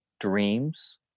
dreams